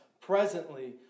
presently